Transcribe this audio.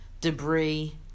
debris